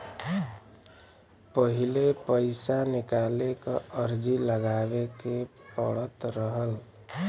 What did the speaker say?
पहिले पइसा निकाले क अर्जी लगावे के पड़त रहल